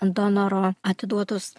donoro atiduotus